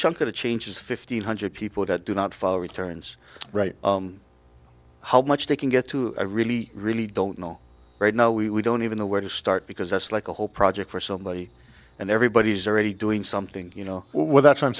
chunk of change is fifteen hundred people that do not follow returns right how much they can get to really really don't know right now we don't even know where to start because that's like a whole project for somebody and everybody's already doing something you know well that's